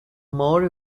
maori